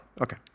Okay